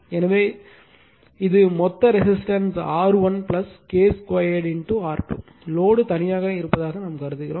எனவே இது மொத்த resistance R1 K 2R2 load தனியாக இருப்பதை நாம் கருதுவோம்